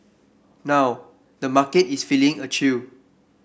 now the market is feeling a chill